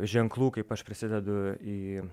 ženklų kaip aš prisidedu į